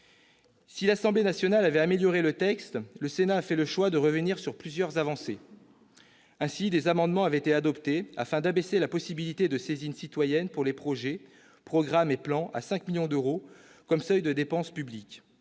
Si l'Assemblée nationale avait amélioré le texte, le Sénat a fait le choix de revenir sur plusieurs avancées. Ainsi, des amendements avaient été adoptés afin d'abaisser la possibilité de saisine citoyenne pour les projets, programmes et plans à 5 millions d'euros comme seuil de dépenses publiques.